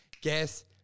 Guess